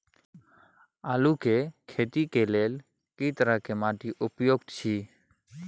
आलू के खेती लेल के तरह के माटी उपयुक्त अछि?